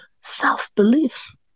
self-belief